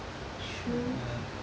true